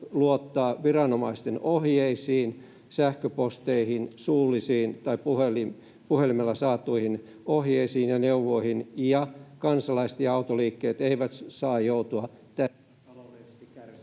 luottaa viranomaisten ohjeisiin, sähköposteihin, suullisiin tai puhelimella saatuihin ohjeisiin ja neuvoihin ja että kansalaiset ja autoliikkeet eivät saa joutua tässä taloudellisesti kärsijöiksi.